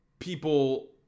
People